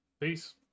Peace